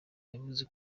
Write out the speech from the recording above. yavuze